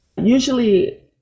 usually